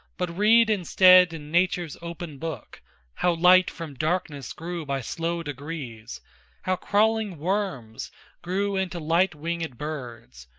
but read instead in nature's open book how light from darkness grew by slow degrees how crawling worms grew into light-winged birds,